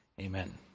Amen